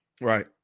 right